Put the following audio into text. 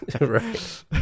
Right